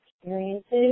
experiences